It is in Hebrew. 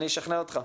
ואני אשכנע אותך.